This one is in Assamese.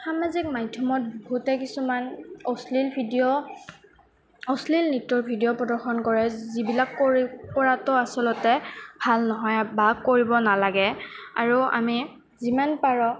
সামাজিক মাধ্যমত বহুতে কিছুমান অশ্লীল ভিডিঅ' অশ্লীল নৃত্যৰ ভিডিঅ' প্ৰদৰ্শন কৰে যিবিলাক কৰি কৰাতো আচলতে ভাল নহয় বা কৰিব নালাগে আৰু আমি যিমান পাৰোঁ